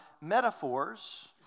metaphors